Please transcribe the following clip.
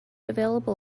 available